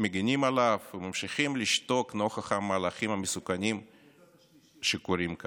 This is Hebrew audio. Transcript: מגינים עליו וממשיכים לשתוק נוכח המהלכים המסוכנים שקורים כאן.